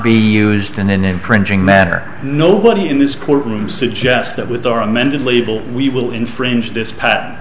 be used in an imprinting matter nobody in this courtroom suggests that with our amended label we will infringe this p